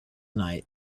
night